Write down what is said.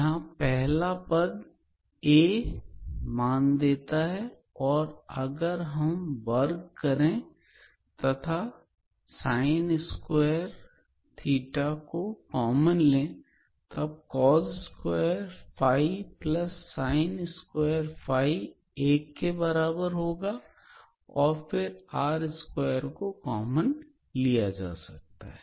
यहां पहला पद a मान देता है और अगर हम वर्ग करें तथा sin2 को कॉमन लें तब एक के बराबर होगा और फिर r2 को कॉमन लिया जा सकता है